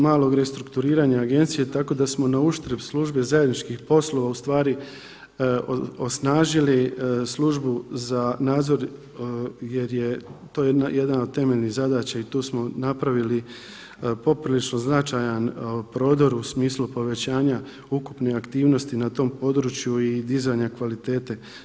malog restrukturiranja agencije tako da smo na uštrb Službe zajedničkih poslova u stvari osnažili službu za nadzor jer je to jedna od temeljnih zadaća i tu smo napravili poprilično značajan prodor u smislu povećanja ukupne aktivnosti na tom području i dizanja kvalitete.